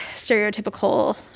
stereotypical